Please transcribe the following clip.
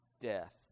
death